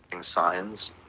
Signs